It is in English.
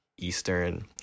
Eastern